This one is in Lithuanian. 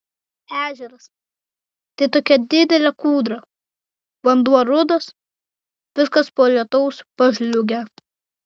ežeras tai tokia didelė kūdra vanduo rudas viskas po lietaus pažliugę